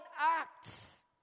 acts